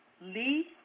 Lee